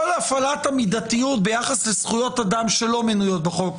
כל הפעלת המידתיות ביחס לזכויות אדם שלא מנויות בחוק,